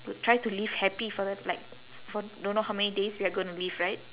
try to live happy for the like for don't know how many days we are gonna live right